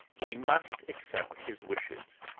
we must accept his wishes.